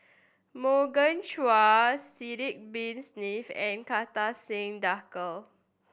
Morgan Chua Sidek Bin Saniff and Kartar Singh Thakral